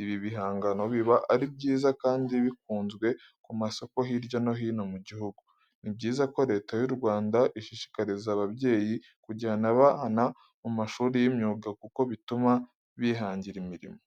Ibi bihangano biba ari byiza kandi bikunzwe ku masoko hirya no hino mu gihugu. Ni byiza ko Leta y'u Rwanda ishishikariza ababyeyi kujyana abana mu mashuri y'imyuga kuko bituma bihangira imirimo.